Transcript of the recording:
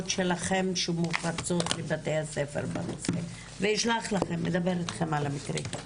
שלכם שמופצות לבתי הספר בנושא ואני אדבר איתכם על המקרה.